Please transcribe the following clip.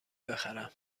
بخرم